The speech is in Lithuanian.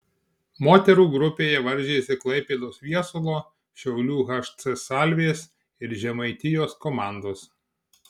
moterų grupėje varžėsi klaipėdos viesulo šiaulių hc salvės ir žemaitijos komandos